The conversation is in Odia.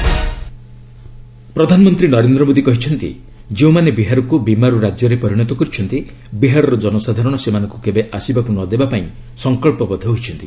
ପିଏମ୍ କ୍ୟାମ୍ପେନିଂ ପ୍ରଧାନମନ୍ତ୍ରୀ ନରେନ୍ଦ୍ର ମୋଦି କହିଛନ୍ତି ଯେଉଁମାନେ ବିହାରକୁ 'ବିମାରୁ' ରାଜ୍ୟରେ ପରିଣତ କରିଛନ୍ତି ବିହାରର ଜନସାଧାରଣ ସେମାନଙ୍କୁ କେବେ ଆସିବାକୁ ନ ଦେବାପାଇଁ ସଙ୍କଚ୍ଚବଦ୍ଧ ହୋଇଛନ୍ତି